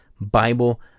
Bible